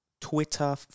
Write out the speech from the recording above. Twitter